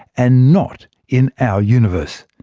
and not in our universe.